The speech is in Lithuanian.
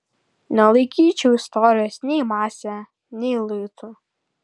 nelaikyčiau istorijos nei mase nei luitu